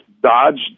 Dodge